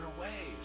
ways